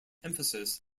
emphasis